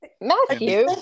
Matthew